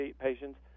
patients